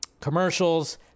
commercials